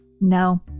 No